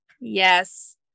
yes